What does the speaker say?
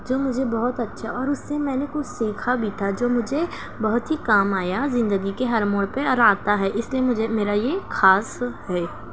جو مجھے بہت اچھا اور اس سے میں نے کچھ سیکھا بھی تھا جو مجھے بہت ہی کام آیا زندگی کے ہر موڑ پہ اور آتا ہے اس لیے مجھے میرا یہ خاص ہے